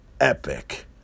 epic